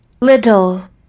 Little